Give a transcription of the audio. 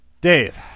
dave